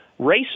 racist